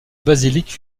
basilique